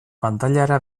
pantailara